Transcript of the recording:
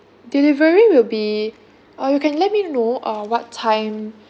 delivery will be uh you can let me know uh what time